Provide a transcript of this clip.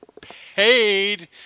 paid